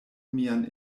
mian